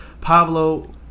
Pablo